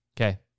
Okay